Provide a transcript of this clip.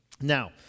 Now